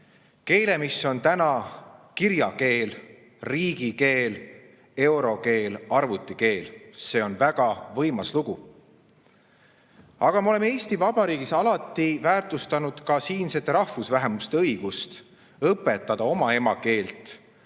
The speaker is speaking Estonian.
Keele, mis on täna kirjakeel, riigikeel, eurokeel, arvutikeel. See on väga võimas lugu. Aga me oleme Eesti Vabariigis alati väärtustanud ka siinsete rahvusvähemuste õigust õpetada oma emakeelt,